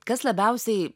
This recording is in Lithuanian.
kas labiausiai